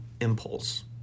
impulse